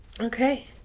okay